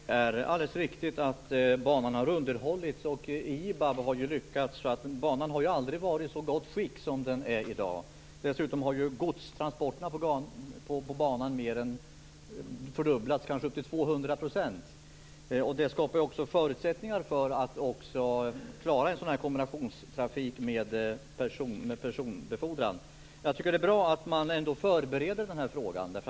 Fru talman! Det är alldeles riktigt att banan har underhållits. IBAB har lyckats. Banan har aldrig varit i så gott skick som i dag. Dessutom har godstransporterna fördubblats - upp till 200 %. Det skapar förutsättningar för att klara kombinationstrafik med personbefordran. Jag tycker att det bra att man förbereder denna fråga.